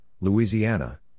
Louisiana